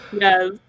yes